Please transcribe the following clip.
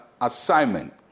assignment